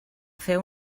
fer